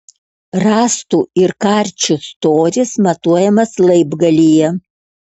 rąstų ir karčių storis matuojamas laibgalyje